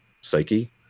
psyche